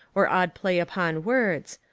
or odd play upon words,